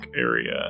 area